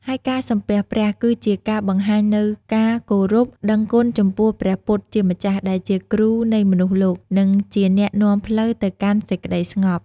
ហើយការសំពះព្រះ គឺជាការបង្ហាញនូវការគោរពដឹងគុណចំពោះព្រះពុទ្ធជាម្ចាស់ ដែលជាគ្រូនៃមនុស្សលោក និងជាអ្នកនាំផ្លូវទៅកាន់សេចក្ដីស្ងប់។